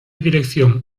dirección